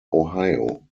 ohio